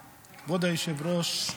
היושב-ראש,